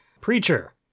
preacher